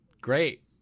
Great